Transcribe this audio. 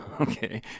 Okay